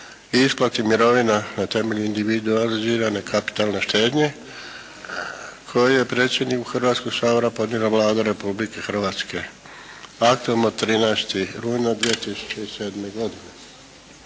isplati mirovina na temelju individualizirane kapitalne štednje koji je predsjedniku Hrvatskog sabora podnijela Vlada Republike Hrvatske aktom od 13. rujna 2007. godine.